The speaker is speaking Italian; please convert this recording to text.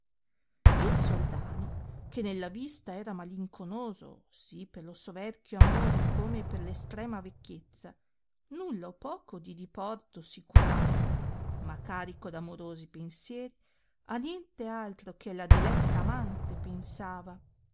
il soldano che nella vista era malinconoso sì per lo soverchio amore come per l estrema vecchiezza nulla o poco di diporto si curava ma carico d amorosi pensieri a niente altro che alla diletta amante pensava